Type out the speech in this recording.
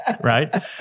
Right